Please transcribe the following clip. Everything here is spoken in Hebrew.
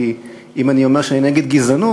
כי אם אני אומר שאני נגד גזענות,